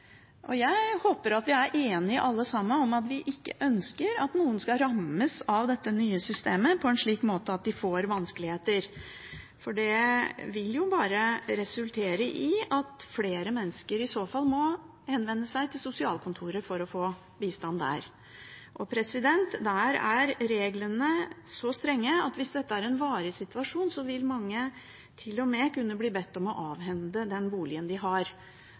Jeg håper at vi alle sammen er enige om at vi ikke ønsker at noen skal rammes av dette nye systemet på en slik måte at de får vanskeligheter, for det vil i så fall bare resultere i at flere mennesker må henvende seg til sosialkontoret for å få bistand der. Der er reglene så strenge at hvis dette er en varig situasjon, vil mange til og med kunne bli bedt om å avhende den boligen de har,